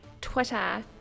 Twitter